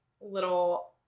little